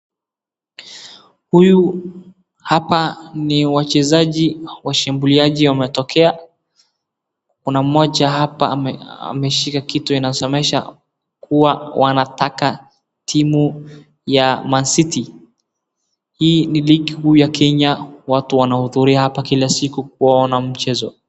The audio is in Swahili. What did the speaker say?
Huyu hapa ni wachezaji washambuliaji wametokea. Kuna mmoja hapa ameshika kitu inasomesha kuwa wanataka timu ya Man City . Hii ni ligi kuu ya Kenya watu wanahudhuria hapa kila siku kuona mchezo.